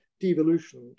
devolution